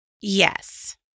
Yes